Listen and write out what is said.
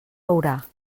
veurà